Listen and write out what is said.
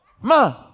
ma